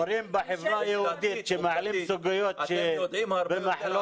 מורים בחברה היהודית שמעלים סוגיות שבמחלוקת,